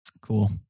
Cool